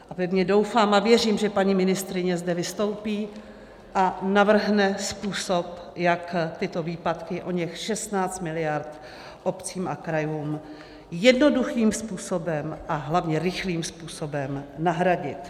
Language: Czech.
A pevně doufám a věřím, že paní ministryně zde vystoupí a navrhne způsob, jak tyto výpadky, oněch 16 miliard, obcím a krajům jednoduchým způsobem a hlavně rychlým způsobem nahradit.